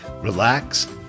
relax